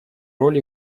роль